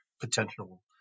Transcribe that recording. potential